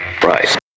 Price